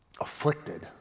Afflicted